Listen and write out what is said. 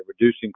reducing